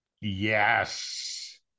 Yes